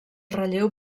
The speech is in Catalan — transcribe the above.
relleu